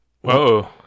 Whoa